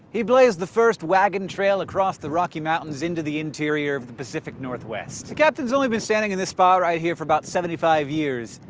he blazed the first wagon trail across the rocky mountains into the interior pacific northwest. the captain's only been standing in this spot right here for about seventy five years.